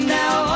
now